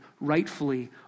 rightfully